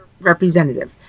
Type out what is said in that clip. representative